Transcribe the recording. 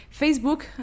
Facebook